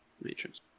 Matrix